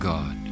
God